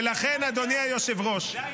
ולכן, אדוני היושב-ראש -- מה לא מן העניין?